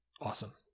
awesome